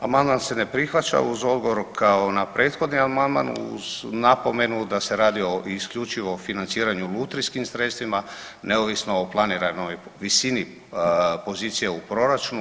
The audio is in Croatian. Amandman se ne prihvaća uz odgovor kao na prethodni amandman uz napomenu da se radi o isključivo financiranju lutrijskim sredstvima, neovisno o planiranoj visini pozicije u proračunu.